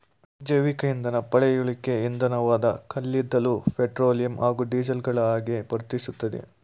ಜೈವಿಕಇಂಧನ ಪಳೆಯುಳಿಕೆ ಇಂಧನವಾದ ಕಲ್ಲಿದ್ದಲು ಪೆಟ್ರೋಲಿಯಂ ಹಾಗೂ ಡೀಸೆಲ್ಗಳಹಾಗೆ ವರ್ತಿಸ್ತದೆ